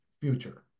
future